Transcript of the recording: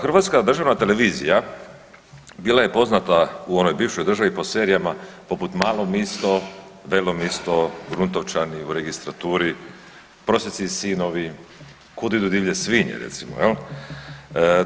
Hrvatska državna televizija bila je poznata u onom bivšoj državi po serijama poput Malo misto, Velom isto, Gruntovčani, U registraturi, Prosjaci i sinovi, Kuda idu divlje svinje, recimo, je li?